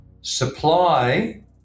supply